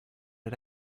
did